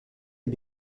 est